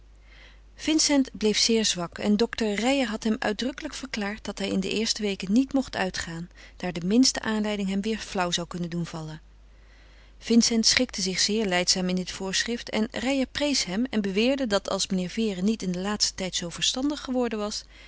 vincent bleef zeer zwak en dokter reijer had hem uitdrukkelijk verklaard dat hij in de eerste weken niet mocht uitgaan daar de minste aanleiding hem weder flauw zou kunnen doen vallen vincent schikte zich zeer lijdzaam in dit voorschrift en reijer prees hem en beweerde dat als meneer vere niet in den laatsten tijd zoo verstandig geworden was